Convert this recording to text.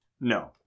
No